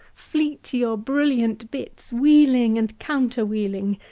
fleet your brilliant bits wheeling and counterwheeling.